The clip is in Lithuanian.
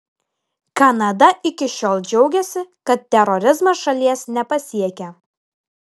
kanada iki šiol džiaugėsi kad terorizmas šalies nepasiekia